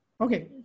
Okay